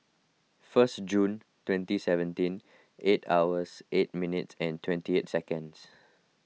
first June twenty seventeen eight hours eight minutes and twenty eight seconds